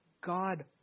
God